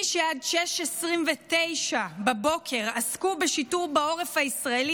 מי שעד 06:29 עסקו בשיטור בעורף הישראלי,